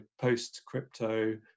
post-crypto